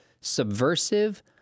subversive